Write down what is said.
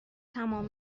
تمام